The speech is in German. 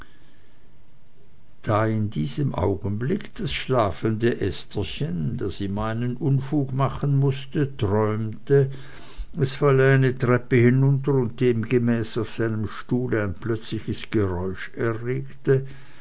da in diesem augenblick das schlafende estherchen das immer einen unfug machen mußte träumte es falle eine treppe hinunter und demgemäß auf seinem stuhle ein plötzliches geräusch erregte